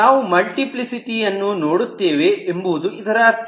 ನಾವು ಮಲ್ಟಿಪ್ಲಿಸಿಟಿ ಯನ್ನು ನೋಡುತ್ತೇವೆ ಎಂಬುವುದು ಇದರ ಅರ್ಥ